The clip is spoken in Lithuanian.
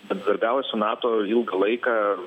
bendradarbiavo su nato ilgą laiką